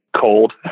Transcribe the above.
cold